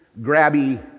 grabby